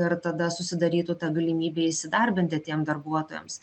ir tada susidarytų ta galimybė įsidarbinti tiem darbuotojams